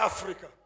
Africa